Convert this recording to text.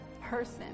person